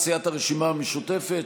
הצעת סיעת הרשימה המשותפת,